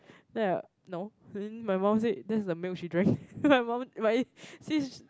then I no then my mum said that's the milk she drank then my mum my sis